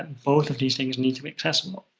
and both of these things need to be accessible.